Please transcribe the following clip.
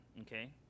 okay